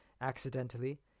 accidentally